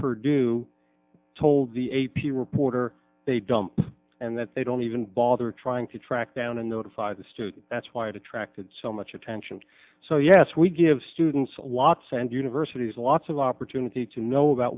purdue told the a p reporter they dump and that they don't even bother trying to track down and though to fire the student that's why it attracted so much attention so yes we give students a lot send universities lots of opportunity to know about